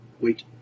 Wait